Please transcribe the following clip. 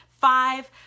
five